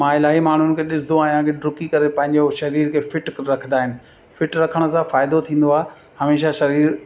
मां इलाही माण्हुनि खे ॾिसंदो आहियां की डुकी करे पंहिंजो शरीर खे फिट रखंदा आहिनि फिट रखण सां फ़ाइदो थींदो आहे हमेशा शरीर